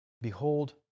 Behold